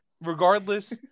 Regardless